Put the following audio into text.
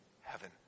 heaven